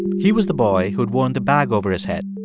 he was the boy who'd worn the bag over his head.